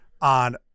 on